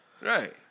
Right